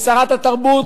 לשרת התרבות,